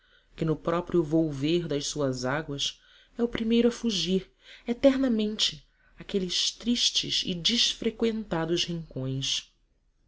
que no próprio volver das suas águas é o primeiro a fugir eternamente àqueles tristes e desfreqüentados rincões